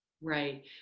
Right